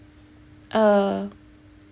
err